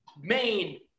main